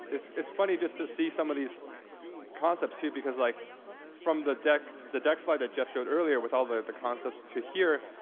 it's it's funny just to see some of these concepts, too, because like from the deck the deck slide that jeff showed earlier, with all the the concepts, to here,